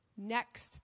next